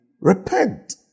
repent